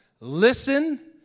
Listen